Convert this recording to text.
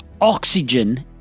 oxygen